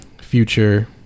future